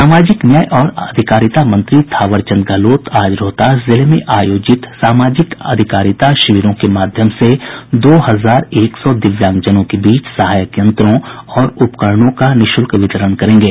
सामाजिक न्याय और अधिकारिता मंत्री थावर चंद गहलोत आज रोहतास जिले में आयोजित सामाजिक अधिकारिता शिविरों के माध्यम से दो हजार एक सौ दिव्यांगजनों के बीच सहायक यंत्रों और उपकरणों का निःशुल्क वितरण करेंगे